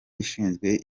ishinzwe